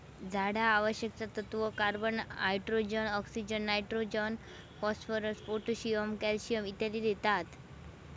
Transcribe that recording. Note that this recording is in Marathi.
झाडा आवश्यक तत्त्व, carbon, hydrogen, oxygen, nitrogen, phosphorus, potassium, calcium इत्यादी देतत